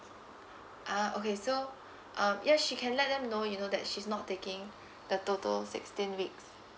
uh okay so um ya she can let them know you know that she's not taking the total sixteen weeks